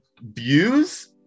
views